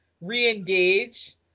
re-engage